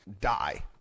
Die